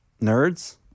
Nerds